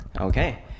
Okay